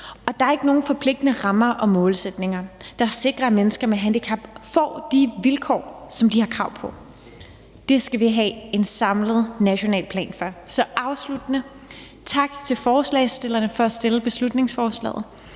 og der er ikke nogen forpligtende rammer og målsætninger, der sikrer, at mennesker med handicap får de vilkår, som de har krav på. Det skal vi have en samlet national plan for. Så afsluttende vil jeg sige tak til forslagsstillerne for at fremsætte beslutningsforslaget.